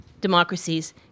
democracies